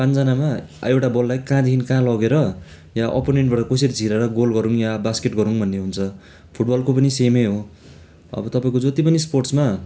पाँचजनामा एउटा बललाई कहाँदेखि कहाँ लगेर या अपोनेनबाट कसरी छिराएर गोल गरौँ या बास्केट गरौँ भन्ने हुन्छ फुटबलको पनि सेमै हो अब तपाईँको जति पनि स्पोर्ट्समा